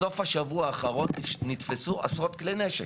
בסוף השבוע האחרון נתפסו עשרות כלי נשק.